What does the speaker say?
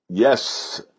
Yes